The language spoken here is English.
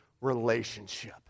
relationship